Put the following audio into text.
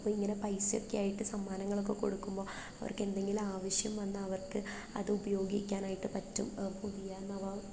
അപ്പോൾ ഇങ്ങനെ പൈസയൊക്കെയായിട്ട് സമ്മാനങ്ങളൊക്കെ കൊടുക്കുമ്പോൾ അവർക്കെന്തെങ്കിലും ആവശ്യം വന്നാൽ അവർക്ക് അതുപയോഗിക്കാനായിട്ട് പറ്റും പുതിയ നവ